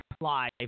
live